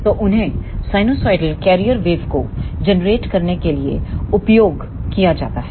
तो उन्हें sinusoidal carrier बेवको जनरेट करने के लिएउपयोग किए जाता हैं